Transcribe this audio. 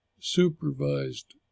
supervised